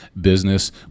business